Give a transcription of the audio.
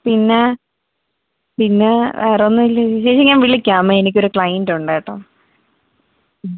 പിന്നെ പിന്നെ വേറൊന്നും ഇല്ല ചേച്ചി ഞാൻ വിളിക്കാമെ എനിക്കൊര് ക്ലയന്റ് ഉണ്ട് കേട്ടൊ മ്